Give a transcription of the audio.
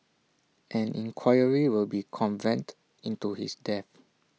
an inquiry will be convened into his death